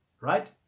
right